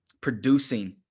producing